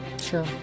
sure